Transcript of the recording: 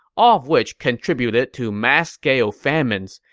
all of which contributed to mass-scale famines.